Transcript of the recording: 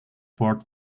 board